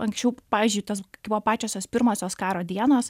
anksčiau pavyzdžiui tas buvo pačiosios pirmosios karo dienos